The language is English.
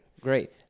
Great